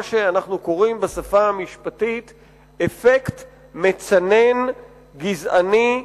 שאנחנו קוראים בשפה המשפטית "אפקט מצנן גזעני",